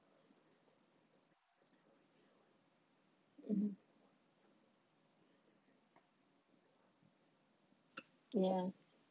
mmhmm ya